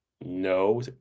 no